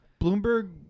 Bloomberg